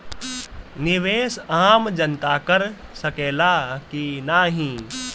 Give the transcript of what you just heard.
निवेस आम जनता कर सकेला की नाहीं?